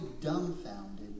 dumbfounded